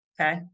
Okay